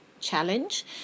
challenge